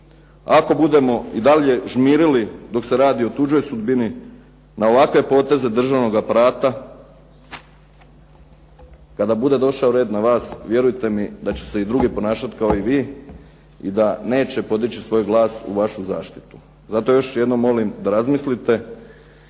Ako budemo i dalje žmirili dok se radi o tuđoj sudbini, na ovakve poteze državnog aparata, kada bude došao red na vas vjerujte mi da će se i drugi ponašati kao i vi i da neće podići svoj glas u vašu zaštitu. Zato još jednom molim da razmislite